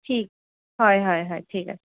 ঠিক হয় হয় হয় ঠিক আছে